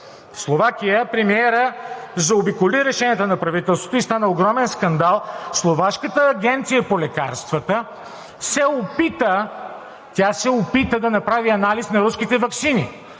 Словакия премиерът заобиколи решенията на правителството и стана огромен скандал – Словашката агенция по лекарствата се опита, тя се опита да направи анализ на руските ваксини.